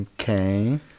Okay